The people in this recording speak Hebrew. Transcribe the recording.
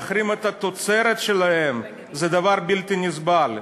להחרים את התוצרת שלהם, זה דבר בלתי נסבל.